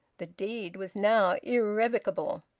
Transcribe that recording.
the deed was now irrevocable.